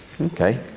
okay